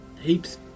heaps